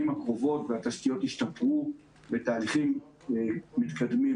הקרובות והתשתיות ישתפרו בתהליכים מתקדמים,